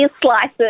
slices